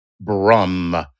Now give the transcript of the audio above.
Brum